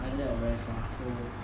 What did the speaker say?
either that or very far so